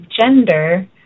gender